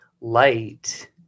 light